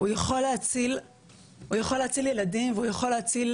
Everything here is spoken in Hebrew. הוא יכול להציל ילדים והוא יכול להציל